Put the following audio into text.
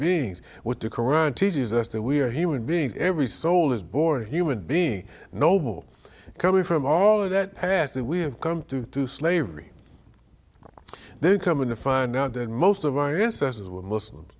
beings with the koran teaches us that we are human beings every soul is born human being noble coming from all of that past that we have come through to slavery then coming to find out that most of our ancestors were muslims